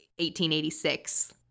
1886